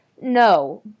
No